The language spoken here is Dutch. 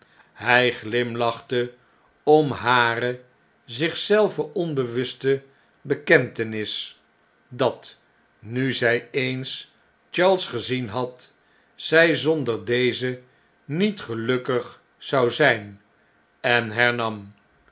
hij glimlachte om hare zich zelve onbewuste bekentenis dat nu zj eens charles gezien had zij zonder dezen niet gelukkig zou zgn en hernam